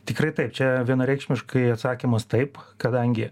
tikrai taip čia vienareikšmiškai atsakymas taip kadangi